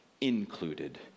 included